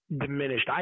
diminished